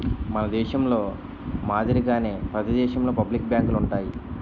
మన దేశంలో మాదిరిగానే ప్రతి దేశంలోనూ పబ్లిక్ బ్యాంకులు ఉంటాయి